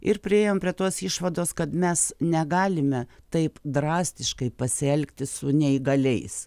ir priėjom prie tos išvados kad mes negalime taip drastiškai pasielgti su neįgaliais